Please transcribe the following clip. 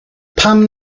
pam